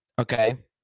okay